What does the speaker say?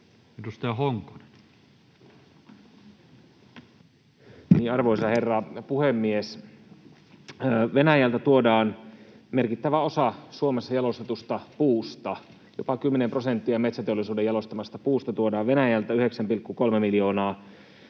14:33 Content: Arvoisa herra puhemies! Venäjältä tuodaan merkittävä osa Suomessa jalostetusta puusta. Jopa 10 prosenttia metsäteollisuuden jalostamasta puusta tuodaan Venäjältä: 9,3 miljoonaa